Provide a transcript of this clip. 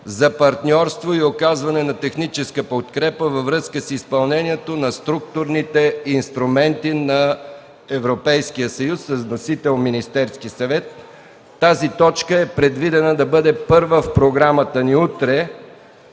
за партньорство и оказване на техническа подкрепа във връзка с изпълнението на Структурните инструменти на Европейския съюз. Вносител – Министерският съвет. Тази точка е предвидена да бъде първа в програмата ни утре,